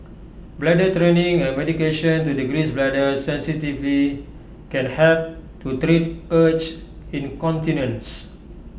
bladder training and medication to decrease bladder sensitivity can help to treat urge incontinence